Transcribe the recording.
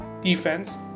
defense